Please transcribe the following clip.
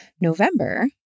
November